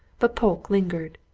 but polke lingered.